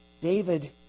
David